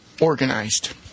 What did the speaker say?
Organized